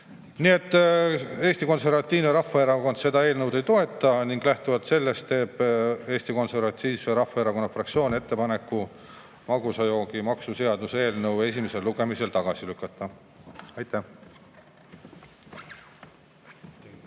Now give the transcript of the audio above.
et Eesti Konservatiivne Rahvaerakond seda eelnõu ei toeta. Lähtuvalt sellest teeb Eesti Konservatiivse Rahvaerakonna fraktsioon ettepaneku magusa joogi maksu seaduse eelnõu esimesel lugemisel tagasi lükata. Aitäh!